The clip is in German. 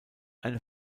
eine